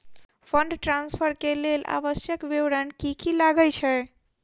Fund transfer केँ लेल आवश्यक विवरण की की लागै छै?